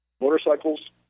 Motorcycles